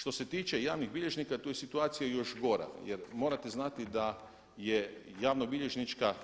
Što se tiče javnih bilježnika tu je situacija još gora jer morate znati da je javnobilježnička